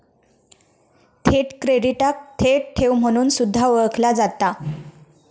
थेट क्रेडिटाक थेट ठेव म्हणून सुद्धा ओळखला जाता